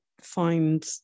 find